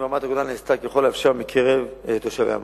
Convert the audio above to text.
ברמת-הגולן נעשה ככל האפשר מקרב תושבי המקום.